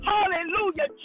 Hallelujah